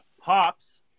Pops